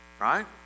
Right